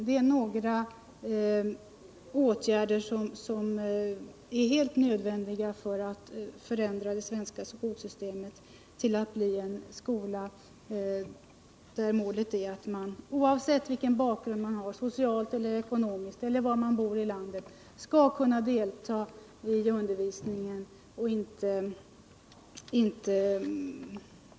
Det är några åtgärder som är helt nödvändiga om vi skall kunna förändra det svenska skolsystemet till att bli en skola där målet är att man oavsett bakgrund socialt eller ekonomiskt och oavsett var man bor i landet skall kunna delta i undervisningen.